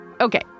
Okay